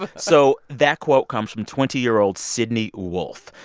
but so that quote comes from twenty year old sidney wolfe.